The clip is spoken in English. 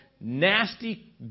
nasty